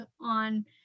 on